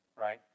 right